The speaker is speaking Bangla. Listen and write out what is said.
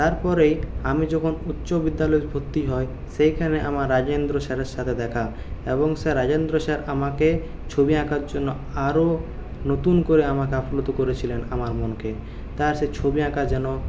তারপরেই আমি যখন উচ্চবিদ্যালয়ে ভর্তি হয় সেখানে আমার রাজেন্দ্র স্যারের সাথে দেখা এবং সেই রাজেন্দ্র স্যার আমাকে ছবি আঁকার জন্য আরও নতুন করে আমাকে আপ্লুত করেছিলেন আমার মনকে তার সে ছবি আঁকা যেন